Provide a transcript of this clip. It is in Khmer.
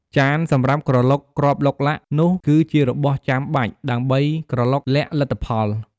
ចានសម្រាប់ក្រឡុកគ្រាប់ឡុកឡាក់នោះ គឺជារបស់ចាំបាច់ដើម្បីក្រឡុកលាក់លទ្ធផល។